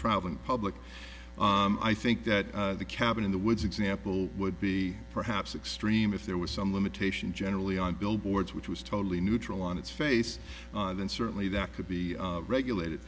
traveling public i think that the cabin in the woods example would be perhaps extreme if there was some limitation generally on billboard's which was totally neutral on its face and certainly that could be regulated